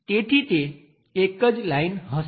તેથી તે એક જ લાઈન હશે